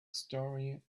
story